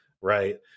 right